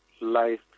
life